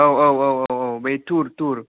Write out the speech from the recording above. औ औ औ औ औ औ बै थुर थुर